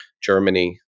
Germany